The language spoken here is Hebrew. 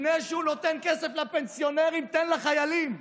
לפני שהוא נותן כסף לפנסיונרים, תן לחיילים.